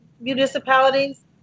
municipalities